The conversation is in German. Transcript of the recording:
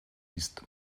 ist